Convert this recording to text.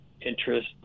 interest